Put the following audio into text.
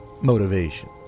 motivation